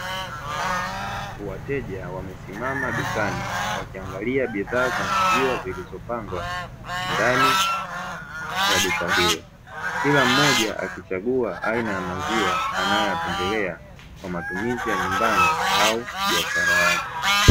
Wateja wamesimama dukani wakiangalia bidhaa za maziwa zilizopambwa ndani ya duka hilo, kila mmoja akichagua aina ya maziwa anayopendelea kwa matumizi ya nyumbani au biashara yake.